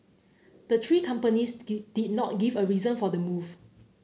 the three companies did did not give a reason for the move